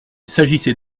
s’agissait